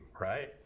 right